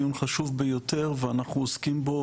דיון חשוב ביותר ואנחנו עוסקים בו,